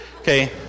okay